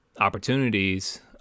opportunities